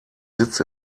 sitz